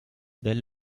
del